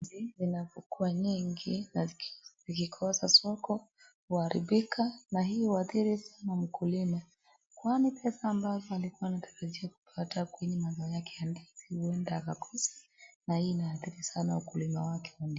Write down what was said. Ndizi zina kukua nyingi na zikikosa soko huaribika na hii huathiri mkulima, kwani pesa ambazo alikuwa anatarajia kupata kwenye mazao yake ya ndizi huenda akakosa na hii inaaathiri sana ukulima wake wa ndizi.